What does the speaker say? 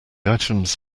items